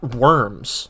worms